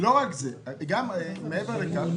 מעבר לכך,